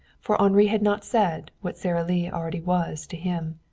for henri had not said what sara lee already was to him.